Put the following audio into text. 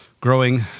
growing